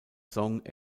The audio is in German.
song